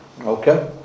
Okay